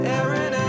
Aaron